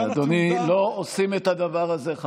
אדוני, לא עושים את הדבר הזה.